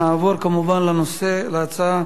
נעבור להצעה